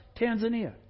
Tanzania